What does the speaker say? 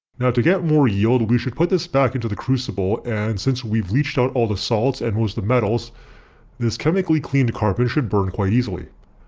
now to get more yield we should put this back into the crucible and since we've leached out all the salts and most of the metals this chemically cleaned carbon should burn quite easily.